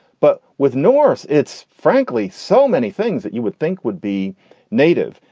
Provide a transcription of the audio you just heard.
but with norse, it's frankly so many things that you would think would be native.